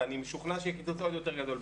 ואני משוכנע שיהיה קיצוץ עוד יותר גדול ב-2021.